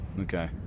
okay